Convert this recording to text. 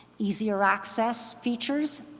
easier access features